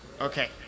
Okay